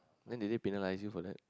then did they penalise you for that